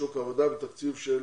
בשוק העבודה בתקציב של